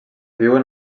viuen